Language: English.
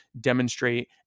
demonstrate